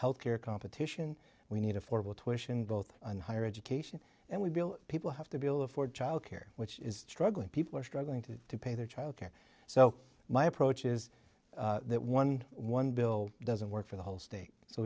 health care competition we need affordable twitchin both on higher education and we bill people have to be able to afford child care which is struggling people are struggling to pay their child care so my approach is that one one bill doesn't work for the whole state so